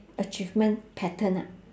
achievement pattern ha